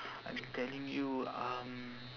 I'm telling you um